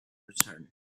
return